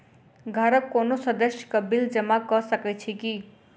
घरक कोनो सदस्यक बिल जमा कऽ सकैत छी की?